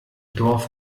dorf